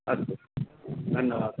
अस्तु धन्यवादः